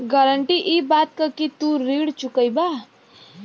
guarantee इ बात क कि तू ऋण चुकइबा